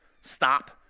stop